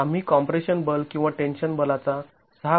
आम्ही कॉम्प्रेशन बल किंवा टेन्शन बलाचा ६